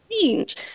change